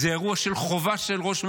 זה אירוע של חובה של ראש ממשלה,